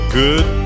good